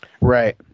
Right